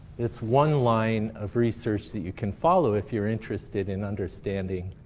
it's one line of research that you can follow if you're interested in understanding